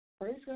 Praise